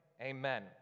Amen